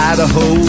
Idaho